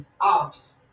ops